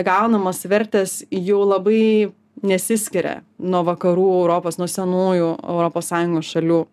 gaunamos vertės jau labai nesiskiria nuo vakarų europos nuo senųjų europos sąjungos šalių